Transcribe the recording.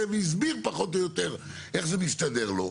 והסביר פחות או יותר איך זה מסתדר לו.